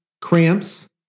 cramps